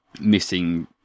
missing